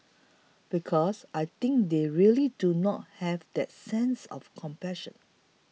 because I think they really do not have that sense of compassion